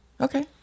Okay